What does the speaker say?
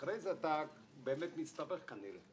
אחרי זה, אתה באמת מסתבך כנראה.